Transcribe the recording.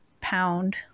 pound